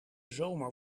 zomer